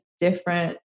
different